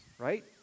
right